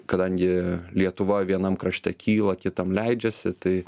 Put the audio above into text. kadangi lietuva vienam krašte kyla kitam leidžiasi tai